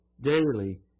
daily